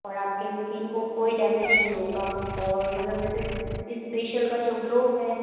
और आपके स्किन को कोई डैमेज नहीं होगा और मतलब जैसे इस इस फेशियल का जो ग्लो है